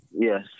Yes